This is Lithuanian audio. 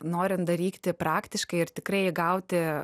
norint daryti praktiškai ir tikrai gauti